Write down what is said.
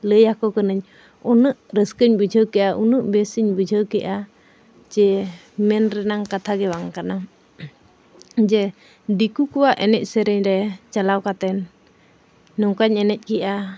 ᱞᱟᱹᱭ ᱟᱠᱚ ᱠᱟᱹᱱᱟᱹᱧ ᱩᱱᱟᱹᱜ ᱨᱟᱹᱥᱠᱟᱹᱧ ᱵᱩᱡᱷᱟᱹᱣ ᱠᱮᱫᱼᱟ ᱩᱱᱟᱹᱜ ᱵᱮᱥᱤᱧ ᱵᱩᱡᱷᱟᱹᱣ ᱠᱮᱫᱼᱟ ᱡᱮ ᱢᱮᱱ ᱨᱮᱱᱟᱜ ᱠᱟᱛᱷᱟ ᱜᱮ ᱵᱟᱝ ᱠᱟᱱᱟ ᱡᱮ ᱫᱤᱠᱩ ᱠᱚᱣᱟᱜ ᱮᱱᱮᱡᱼᱥᱮᱨᱮᱧ ᱨᱮ ᱪᱟᱞᱟᱣ ᱠᱟᱛᱮᱫ ᱱᱚᱝᱠᱟᱧ ᱮᱱᱮᱡ ᱠᱮᱫᱼᱟ